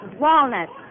Walnuts